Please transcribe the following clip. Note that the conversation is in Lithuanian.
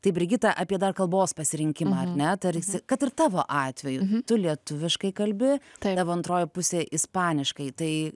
tai brigita apie dar kalbos pasirinkimą ar ne tarsi kad ir tavo atveju tu lietuviškai kalbi tavo antroji pusė ispaniškai tai